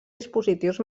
dispositius